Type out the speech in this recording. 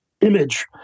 image